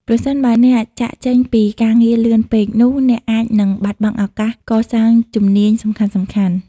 ប្រសិនបើអ្នក ចាកចេញពីការងារលឿនពេក នោះអ្នកអាចនឹង បាត់បង់ឱកាសកសាងជំនាញសំខាន់ៗ។